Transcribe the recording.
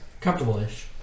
Comfortable-ish